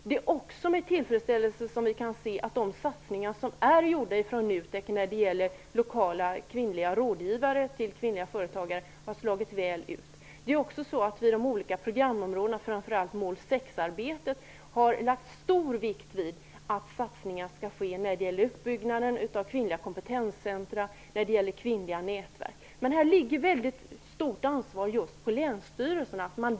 Det är också med tillfredsställelse som vi kan se att de satsningar som NUTEK har gjort på lokala kvinnliga rådgivare till kvinnliga företagare har slagit väl ut. Vid de olika programområdena, framför allt vid mål 6-arbetet, har vi lagt stor vikt vid att satsningar skall ske på uppbyggnaden av kvinnliga kompetenscentrum och kvinnliga nätverk. Men här ligger det ett mycket stort ansvar just på länsstyrelserna.